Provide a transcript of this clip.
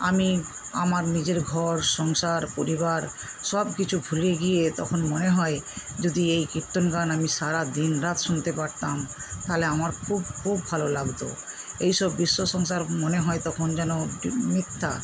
আমি আমার নিজের ঘর সংসার পরিবার সবকিছু ভুলে গিয়ে তখন মনে হয় যদি এই কীর্তন গান আমি সারা দিনরাত শুনতে পারতাম তাহলে আমার খুব খুব ভালো লাগত এইসব বিশ্ব সংসার মনে হয় তখন যেন মিথ্যা